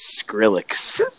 Skrillex